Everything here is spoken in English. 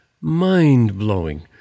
Mind-blowing